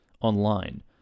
online